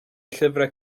llyfrau